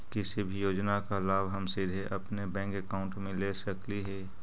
किसी भी योजना का लाभ हम सीधे अपने बैंक अकाउंट में ले सकली ही?